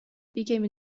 became